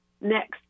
next